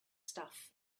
stuff